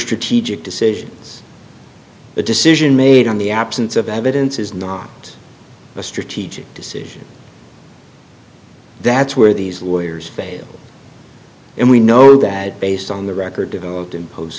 strategic decisions a decision made in the absence of evidence is not a strategic decision that's where these lawyers fail and we know that based on the record developed in post